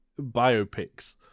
biopics